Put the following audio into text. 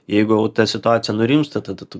jeigu jau ta situacija nurimsta tada tu